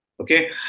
Okay